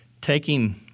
taking